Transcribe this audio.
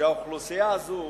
שאוכלוסייה זו